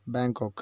Bangkok